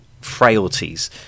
frailties